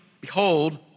behold